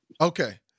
Okay